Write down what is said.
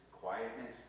quietness